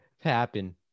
happen